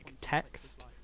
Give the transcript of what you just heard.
text